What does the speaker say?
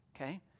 Okay